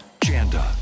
Janda